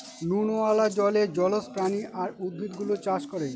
নুনওয়ালা জলে জলজ প্রাণী আর উদ্ভিদ গুলো চাষ করে